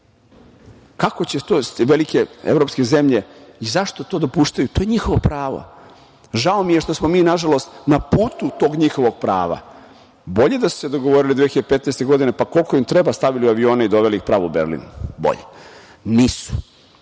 Kako će to velike evropske zemlje i zašto to dopuštaju? To je njihovo pravo. Žao mi je što smo mi, nažalost, na putu tog njihovog prava. Bolje da su se dogovorili 2015. godine, pa koliko im treba stavili u avione i doveli ih pravo u Berlin. Bolje. Nisu.